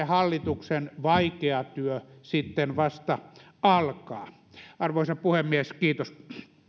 hallituksen vaikea työ sitten vasta alkaa arvoisa puhemies kiitos